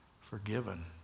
forgiven